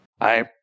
I-